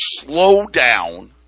slowdown